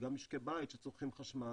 וגם משקי בית שצורכים חשמל,